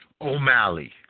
O'Malley